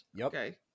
Okay